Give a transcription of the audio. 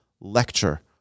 lecture